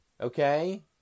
okay